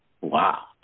Wow